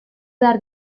behar